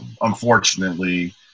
Unfortunately